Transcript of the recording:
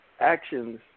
actions